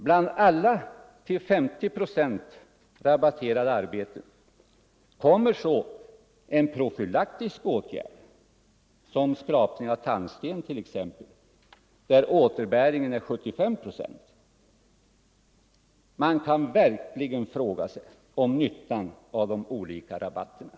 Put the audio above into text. Bland alla till 50 procent rabatterade arbeten kommer så en profylaktisk åtgärd — skrapning av tandsten t.ex. — där återbäringen är 75 procent. Man kan verkligen ställa sig frågande till nyttan av de olika rabatterna.